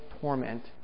torment